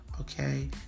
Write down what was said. Okay